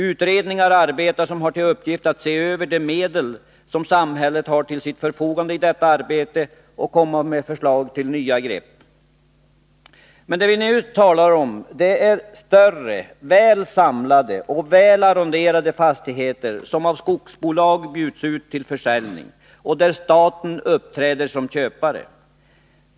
Utredningar arbetar med uppgift att se över de medel som samhället har till sitt förfogande i detta avseende och att komma med förslag till nya grepp. Det vi nu talar om gäller större, väl samlade och väl arronderade fastigheter som av skogsbolag bjuds ut till försäljning och där staten uppträder som köpare.